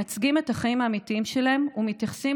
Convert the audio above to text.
מייצגים את החיים האמיתיים שלהם ומתייחסים